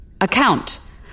account